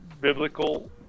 biblical